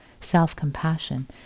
self-compassion